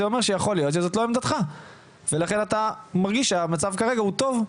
זה אומר שיכול להיות שזאת לא עמדתך ולכן אתה מרגיש שהמצב כרגע הוא טוב.